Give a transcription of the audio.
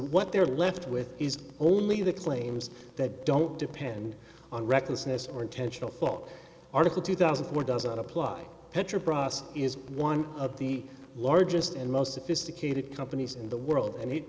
what they're left with is only the claims that don't depend on recklessness or intentional thought article two thousand and one does not apply picher process is one of the largest and most sophisticated companies in the world and he